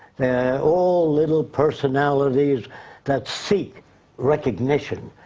they're all little personalities that seek recognition.